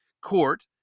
court